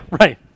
right